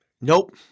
Nope